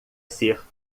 ser